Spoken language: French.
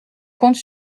compte